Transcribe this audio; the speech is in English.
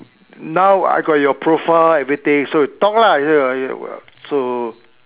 now I got your profile everything so you talk lah so